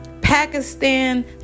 Pakistan